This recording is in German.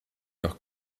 noch